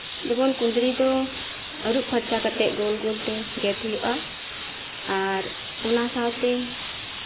ᱡᱮᱢᱚᱱ ᱠᱩᱫᱨᱤ ᱫᱚ ᱟᱨᱩᱵᱽ ᱯᱷᱟᱨᱪᱟ ᱠᱟᱛᱮᱫ ᱜᱳᱞ ᱜᱳᱞ ᱜᱮᱫ ᱦᱩᱭᱩᱜᱼᱟ ᱟᱨ ᱚᱱᱟ ᱥᱟᱶᱛᱮ